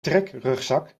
trekrugzak